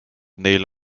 neil